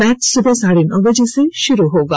match सुबह साढ़े नौ बजे से शुरू होगा